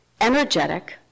energetic